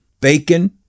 Bacon